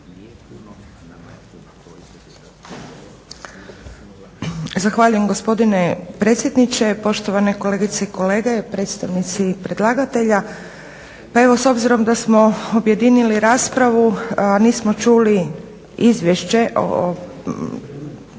Zahvaljujem gospodine predsjedniče, poštovane kolegice i kolege, predstavnici predlagatelja. Pa evo s obzirom da smo objedinili raspravu, a nismo čuli Izvješće o